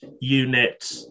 unit